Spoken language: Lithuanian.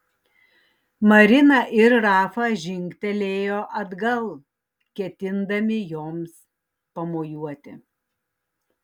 marina ir rafa žingtelėjo atgal ketindami joms pamojuoti